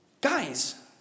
Guys